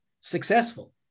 successful